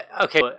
okay